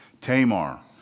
Tamar